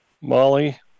Molly